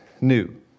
new